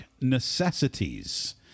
Necessities